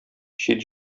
чит